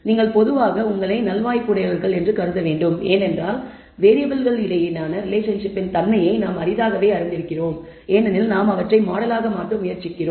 நீங்கள் பொதுவாக உங்களை நல்வாய்ப்ப்புடையவர்கள் என்று கருத வேண்டும் ஏனென்றால் வேறியபிள்கள் இடையேயான ரிலேஷன்ஷிப் இன் தன்மையை நாம் அரிதாகவே அறிந்திருக்கிறோம் ஏனெனில் நாம் அவற்றை மாடலாக மாற்ற முயற்சிக்கிறோம்